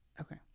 okay